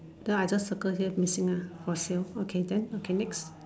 then I just circle here missing ah for sale okay then okay next